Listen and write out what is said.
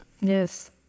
Yes